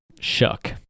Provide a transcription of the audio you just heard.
Shuck